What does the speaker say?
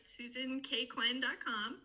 SusanKQuinn.com